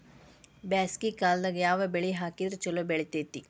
ಬ್ಯಾಸಗಿ ಕಾಲದಾಗ ಯಾವ ಬೆಳಿ ಹಾಕಿದ್ರ ಛಲೋ ಬೆಳಿತೇತಿ?